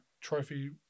trophy